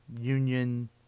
union